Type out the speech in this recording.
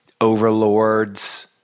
overlord's